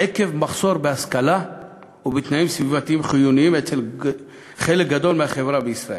היעדר השכלה ותנאים סביבתיים חיוניים אצל חלק גדול מהחברה בישראל.